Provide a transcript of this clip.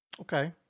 okay